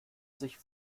sich